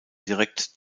direkt